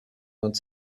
want